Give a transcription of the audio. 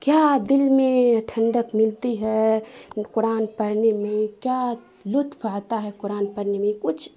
کیا دل میں ٹھنڈک ملتی ہے قرآن پڑھنے میں کیا لطف آتا ہے قرآن پڑھنے میں کچھ